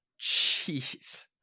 jeez